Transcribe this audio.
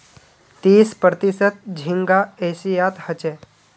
तीस प्रतिशत झींगा एशियात ह छे